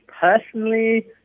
personally